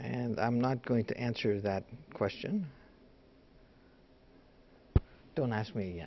and i'm not going to answer that question don't ask me